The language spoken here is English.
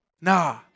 Nah